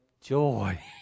joy